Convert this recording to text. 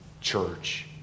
church